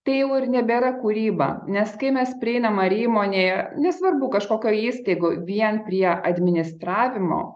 tai jau ir nebėra kūryba nes kai mes prieinam ar įmonėje nesvarbu kažkokio įstaigų vien prie administravimo